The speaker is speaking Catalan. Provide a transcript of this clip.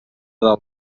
del